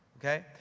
okay